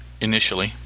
initially